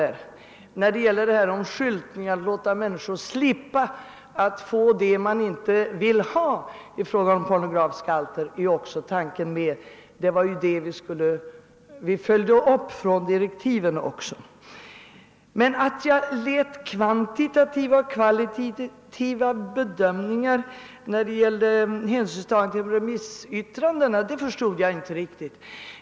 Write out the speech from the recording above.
Vad angår skyltning var tanken att man borde låta människor slippa det de inte vill ha i fråga om pornografiska alster. På den punkten har vi också följt upp direktiven, men justitieministern begränsat till bild. Talet om kvantitativa och kvalitativa bedömningar när det gäller hänsynstagande till remissyttrandena förstod jag inte riktigt.